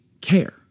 care